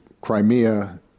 Crimea